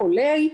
וכולי.